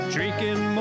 Drinking